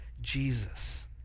Jesus